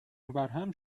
وبرهم